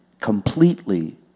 Completely